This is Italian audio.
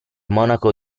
monaco